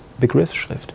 Begriffsschrift